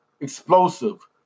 Explosive